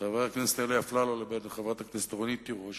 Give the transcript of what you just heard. חבר הכנסת אלי אפללו לבין חברת הכנסת רונית תירוש.